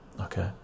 Okay